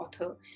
author